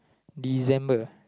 December